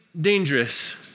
dangerous